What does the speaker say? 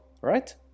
right